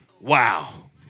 Wow